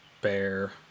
bear